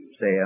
say